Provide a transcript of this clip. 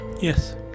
Yes